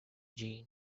gene